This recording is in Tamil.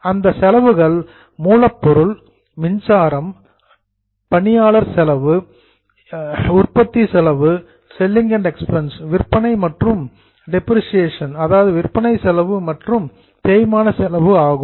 அந்த செலவுகள் ரா மெட்டீரியல் மூலப்பொருள் பவர் மின்சாரம் எம்பிளோயி எக்ஸ்பென்ஸ் பணியாளர் செலவு மேனுஃபாக்சரிங் எக்ஸ்பென்ஸ் உற்பத்தி செலவு செல்லிங் எக்ஸ்பென்ஸ் விற்பனை செலவு மற்றும் டெப்பிரேசியேஷன் தேய்மானம் ஆகும்